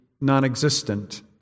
non-existent